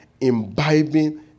imbibing